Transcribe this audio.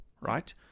right